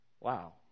Wow